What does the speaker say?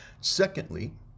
Secondly